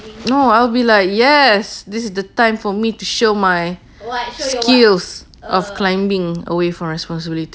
no I'll be like yes this is the time for me to show my skills of climbing away from responsibility